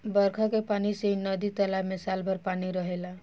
बरखा के पानी से ही नदी तालाब में साल भर पानी रहेला